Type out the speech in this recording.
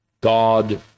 God